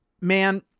Man